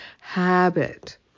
habit